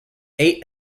eight